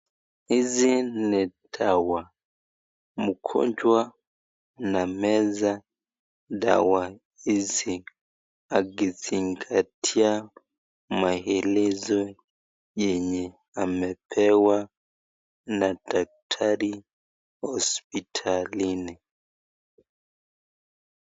Hizi ni dawa. Wagonjwa wanameza dawa hizi akizingatia maelezo yenye amepewa na daktari hospitalini.